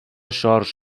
شارژ